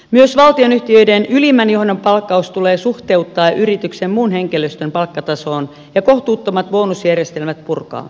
myös valtionyhtiöiden ylimmän johdon palkkaus tulee suhteuttaa yrityksen muun henkilöstön palkkatasoon ja kohtuuttomat bonusjärjestelmät purkaa